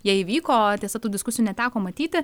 jei įvyko tiesa tų diskusijų neteko matyti